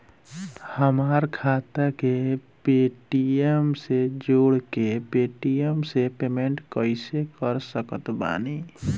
हमार खाता के पेटीएम से जोड़ के पेटीएम से पेमेंट कइसे कर सकत बानी?